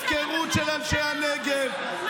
הפקרות של אנשי הנגב.